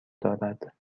دارد